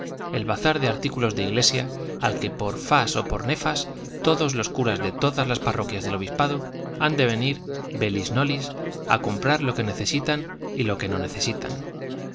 el bazar de artículos de iglesia al que por fas o por nefas todos los curas de todas las parroquias del obispado han de venir velis nolis a comprar lo que necesitan y lo que no necesitan